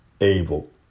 able